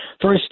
first